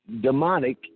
demonic